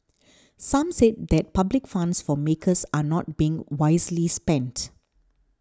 some said that public funds for makers are not being wisely spent